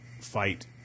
fight